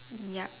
yup